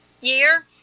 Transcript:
year